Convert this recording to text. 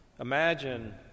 Imagine